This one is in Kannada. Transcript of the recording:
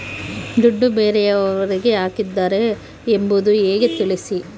ದುಡ್ಡು ಬೇರೆಯವರಿಗೆ ಹಾಕಿದ್ದಾರೆ ಎಂಬುದು ಹೇಗೆ ತಿಳಿಸಿ?